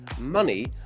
money